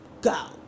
go